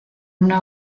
una